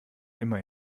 immer